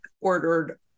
ordered